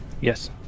Yes